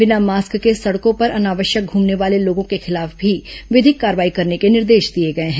बिना मास्क के सड़कों पर अनावश्यक घूमने वाले लोगों के खिलाफ भी विधिक कार्रवाई करने के निर्देश दिए गए हैं